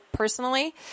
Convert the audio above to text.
personally